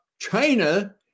China